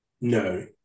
no